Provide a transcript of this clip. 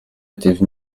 étaient